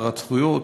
הפרת זכויות,